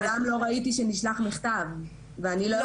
אבל מעולם לא ראיתי שנשלח מכתב ואני לא יכולה ---.